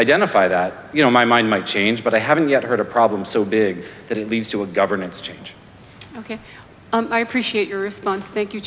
identify that you know my mind might change but i haven't yet heard a problem so big that it leads to a governance change ok i appreciate your response thank you